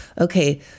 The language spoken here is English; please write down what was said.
okay